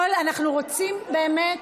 אנחנו באמת